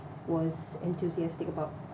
was enthusiastic about